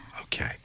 Okay